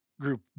group